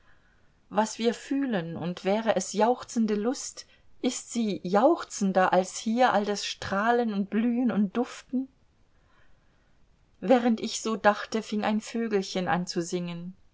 was wir fühlen und wäre es jauchzende lust ist sie jauchzender als hier all das strahlen und blühen und duften während ich so dachte fing ein vögelchen an zu singen